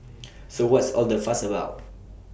so what's all the fuss about